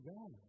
God